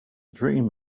dream